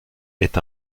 est